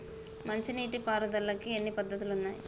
మంచి నీటి పారుదలకి ఎన్ని పద్దతులు ఉన్నాయి?